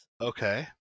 okay